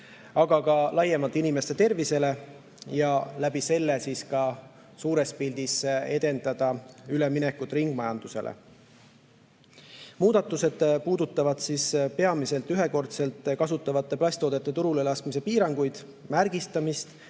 aga ka laiemalt inimeste tervisele ja läbi selle suures pildis edendada üleminekut ringmajandusele. Muudatused puudutavad peamiselt ühekordselt kasutatavate plasttoodete turule laskmise piiranguid, märgistamist,